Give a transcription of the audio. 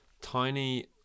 tiny